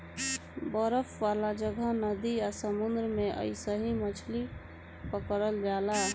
बरफ वाला जगह, नदी आ समुंद्र में अइसही मछली पकड़ल जाला